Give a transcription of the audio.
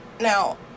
Now